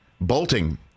Bolting